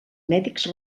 mèdics